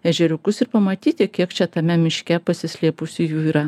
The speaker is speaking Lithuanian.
ežeriukus ir pamatyti kiek čia tame miške pasislėpusių jų yra